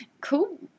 Cool